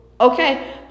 okay